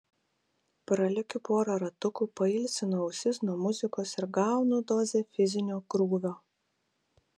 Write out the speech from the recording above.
pralekiu porą ratukų pailsinu ausis nuo muzikos ir gaunu dozę fizinio krūvio